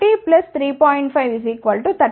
5 33